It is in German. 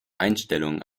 einstellungen